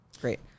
great